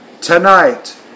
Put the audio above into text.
tonight